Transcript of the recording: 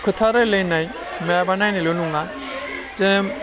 खोथा रायलायनाय माबा नायनायल' नङा जे